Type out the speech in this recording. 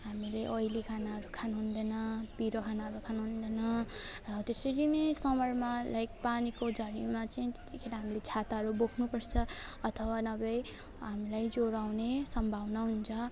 हामीले ओइली खानाहरू खानुहुँदैन पिरो खानाहरू खानुहुँदैन र त्यसरी नै समरमा लाइक पानीको झरीमा चाहिँ त्यतिखेर हामीले छाताहरू बोक्नुपर्छ अथवा नभए हामीलाई ज्वरो आउने सम्भावना हुन्छ